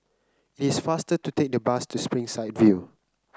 it is faster to take the bus to Springside View